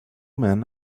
men